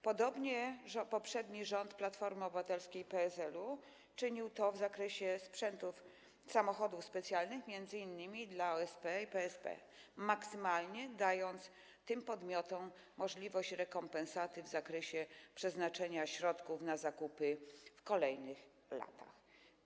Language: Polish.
Podobnie poprzedni rząd Platformy Obywatelskiej i PSL-u czynił to w zakresie sprzętów, samochodów specjalnych m.in. dla OSP i PSP, maksymalnie dając tym podmiotom możliwość otrzymania rekompensaty w zakresie przeznaczenia środków na zakupy w kolejnych latach.